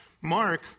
mark